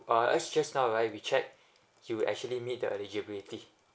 uh as just now right we checked you will actually meet the eligibility